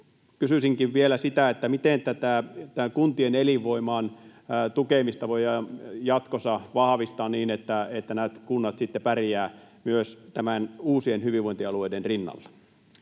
kysyisinkin vielä sitä, miten tätä kuntien elinvoiman tukemista voidaan jatkossa vahvistaa niin, että nämä kunnat sitten pärjäävät myös uusien hyvinvointialueiden rinnalla.